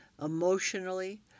emotionally